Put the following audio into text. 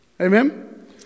Amen